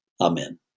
Amen